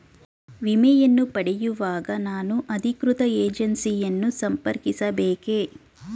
ವಿಮೆಯನ್ನು ಪಡೆಯುವಾಗ ನಾನು ಅಧಿಕೃತ ಏಜೆನ್ಸಿ ಯನ್ನು ಸಂಪರ್ಕಿಸ ಬೇಕೇ?